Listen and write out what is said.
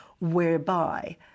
whereby